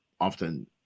often